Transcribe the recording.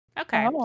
Okay